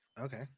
Okay